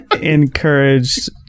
encouraged